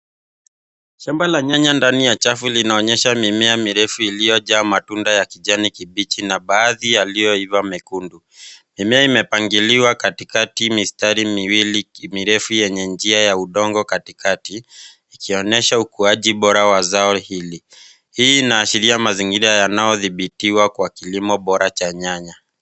Shamba la nyanya ndani ya chafu linaonyesha mimea mirefu iliyojaa matunda ya kijani kibichi na baadhi yaliyoiva mekundu. Mimea imepangiliwa katikati mistari miwili mirefu yenye njia ya udongo katikati , ikionyesha ukuaji bora wa zao hili. Hii inaashiria mazingira yanayodhibitiwa kwa klimo bora cha nyanya.